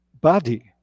body